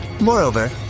Moreover